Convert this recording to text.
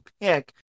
pick